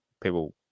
people